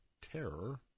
Terror